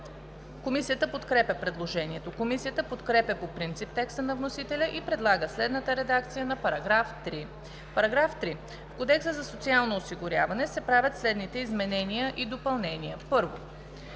Комисията подкрепя предложението. Комисията подкрепя по принцип текста на вносителя и предлага следната редакция на § 3: „§ 3. В Кодекса за социално осигуряване (обн., ДВ, бр. ...) се правят следните изменения и допълнения: 1.